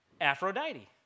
Aphrodite